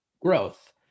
growth